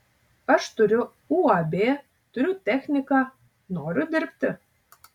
aš turiu uab turiu techniką noriu dirbti